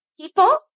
people